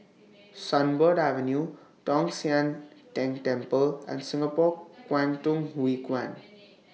Sunbird Avenue Tong Sian Tng Temple and Singapore Kwangtung Hui Kuan